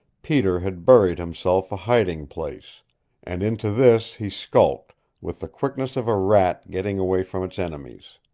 peter had burrowed himself a hiding-place, and into this he skulked with the quickness of a rat getting away from its enemies.